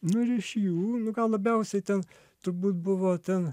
nu ir iš jų nu gal labiausiai ten turbūt buvo ten